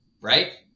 right